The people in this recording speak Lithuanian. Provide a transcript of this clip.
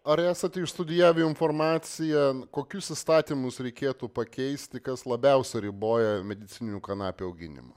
ar esate išstudijavę informaciją kokius įstatymus reikėtų pakeisti kas labiausia riboja medicininių kanapių auginimą